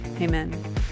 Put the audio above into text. Amen